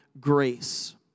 grace